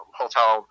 hotel